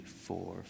four